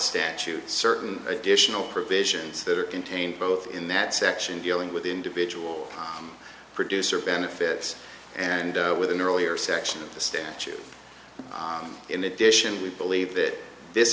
statute certain additional provisions that are contained both in that section dealing with individual producer benefits and with an earlier section of the statute in addition we believe that this